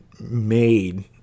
made